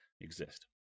exist